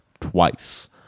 twice